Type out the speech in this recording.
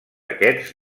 aquests